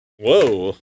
Whoa